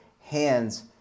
hands